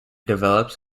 develops